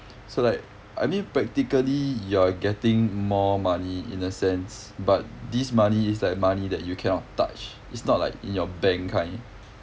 so like I mean practically you're getting more money in a sense but this money it's like money that you cannot touch it's not like in your bank kind